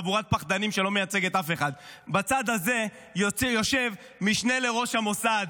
חבורת פחדנים שלא מייצגת אף אחד: בצד הזה יושב משנה לראש המוסד,